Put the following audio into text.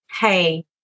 hey